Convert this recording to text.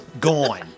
gone